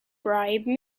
bribe